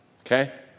Okay